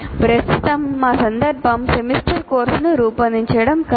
ప్రస్తుతం మా సందర్భం సెమిస్టర్ కోర్సును రూపొందించడం కాదు